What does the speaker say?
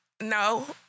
no